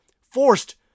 Forced